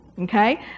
Okay